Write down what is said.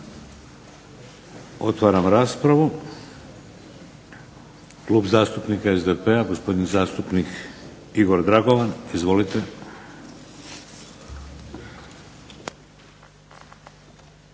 Otvaram raspravu. Klub zastupnika SDP-a gospodin zastupnik Igor Dragovan. Izvolite.